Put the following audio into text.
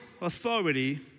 authority